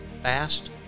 Fast